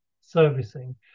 servicing